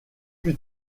plus